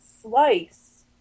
slice